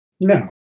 No